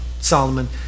Solomon